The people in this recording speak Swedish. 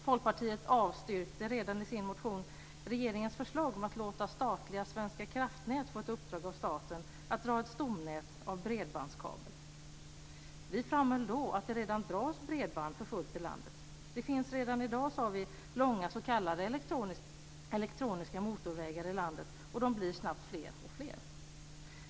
Folkpartiet avstyrkte redan i sin motion regeringens förslag om att låta statliga Svenska kraftnät få ett uppdrag av staten att dra ett stomnät av bredbandskabel. Vi framhöll då att det redan dras bredband för fullt i landet. Det finns redan i dag, sade vi, långa s.k. elektroniska motorvägar i landet och de blir snabbt alltfler.